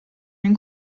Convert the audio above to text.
den